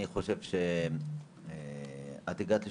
אני חושב שאת הגעת לשליחות,